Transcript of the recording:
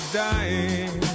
dying